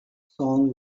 song